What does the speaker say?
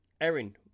Erin